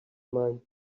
mind